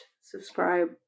subscribe